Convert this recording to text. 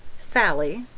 sallie.